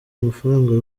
amafaranga